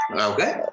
Okay